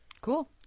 cool